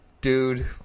dude